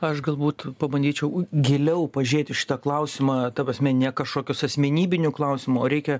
aš galbūt pabandyčiau giliau pažėt į šitą klausimą ta prasme ne kažkokios asmenybinio klausimo o reikia